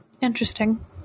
interesting